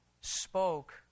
spoke